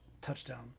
touchdown